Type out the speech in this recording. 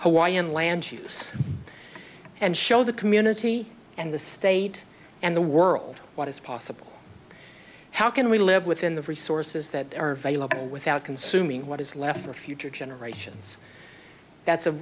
hawaiian land choose and show the community and the state and the world what is possible how can we live within the resources that are available without consuming what is left for future generations that's a